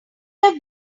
have